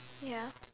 ya